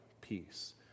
peace